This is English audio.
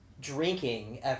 drinking